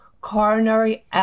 coronary